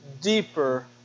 deeper